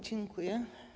Dziękuję.